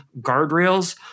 guardrails